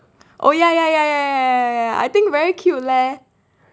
oh ya ya ya ya ya I think very cute leh